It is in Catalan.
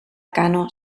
kano